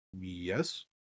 Yes